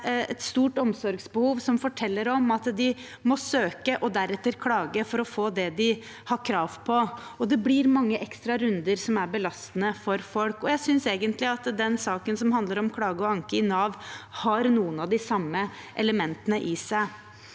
med et stort omsorgsbehov, og som forteller om at de må søke og deretter klage for å få det de har krav på. Det blir mange ekstra runder som er belastende for folk. Jeg synes egentlig at den saken som handler om klage og anke i Nav, har noen av de samme elementene i seg.